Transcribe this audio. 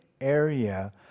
area